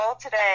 today